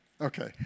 Okay